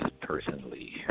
personally